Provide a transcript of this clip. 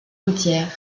côtières